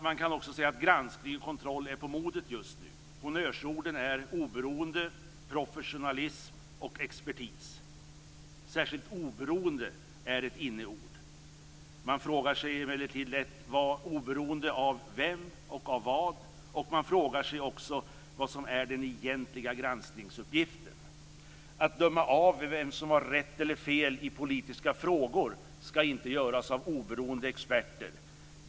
Man kan också säga att granskning och kontroll är på modet just nu. Honnörsorden är oberoende, professionalism och expertis. Särskilt oberoende är ett inneord. Man frågar sig emellertid lätt: Oberoende av vem och av vad? Och man frågar sig också vad som är den egentliga granskningsuppgiften. Att döma vem som har rätt eller fel i politiska frågor ska inte göras av oberoende experter.